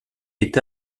est